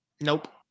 Nope